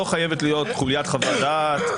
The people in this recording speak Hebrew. לא חייבת להיות חוליית חוות דעת,